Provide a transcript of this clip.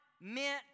meant